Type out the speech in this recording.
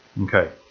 Okay